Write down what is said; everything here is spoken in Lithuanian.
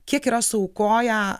kiek yra suaukoję